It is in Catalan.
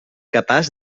capaç